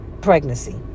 pregnancy